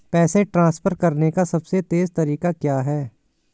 पैसे ट्रांसफर करने का सबसे तेज़ तरीका क्या है?